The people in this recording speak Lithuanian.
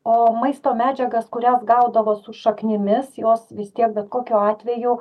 o maisto medžiagas kurias gaudavo su šaknimis jos vis tiek bet kokiu atveju